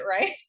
Right